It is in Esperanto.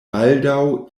baldaŭ